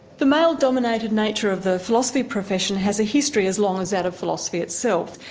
the male-dominated nature of the philosophy profession has a history as long as that of philosophy itself.